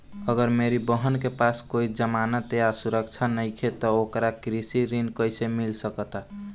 अगर मेरी बहन के पास कोई जमानत या सुरक्षा नईखे त ओकरा कृषि ऋण कईसे मिल सकता?